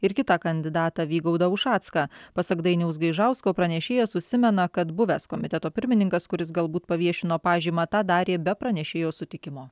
ir kitą kandidatą vygaudą ušacką pasak dainiaus gaižausko pranešėjas užsimena kad buvęs komiteto pirmininkas kuris galbūt paviešino pažymą tą darė be pranešėjo sutikimo